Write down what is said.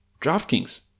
DraftKings